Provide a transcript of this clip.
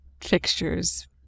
fixtures